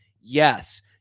yes